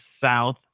south